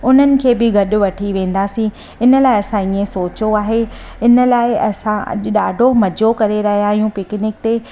उन्हनि खे बि गॾु वठी वेंदासीं इन लाइ असां ईअं सोचो आहे इन लाइ असां अॼु ॾाढो मज़ो करे रहिया आहियूं पिकनिक ते